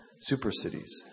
super-cities